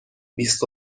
بیست